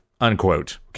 Unquote